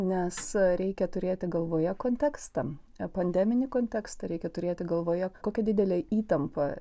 nes reikia turėti galvoje kontekstą pandeminį kontekstą reikia turėti galvoje kokią didelę įtampą